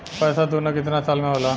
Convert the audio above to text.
पैसा दूना कितना साल मे होला?